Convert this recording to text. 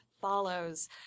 Follows